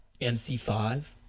MC5